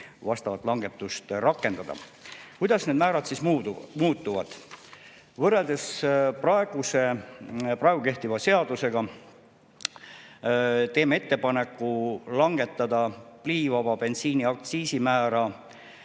vastavat langetust rakendada. Kuidas need määrad siis muutuvad? Võrreldes praegu kehtiva seadusega teeme ettepaneku langetada pliivaba bensiini aktsiisimäära